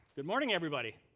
good morning, everybody.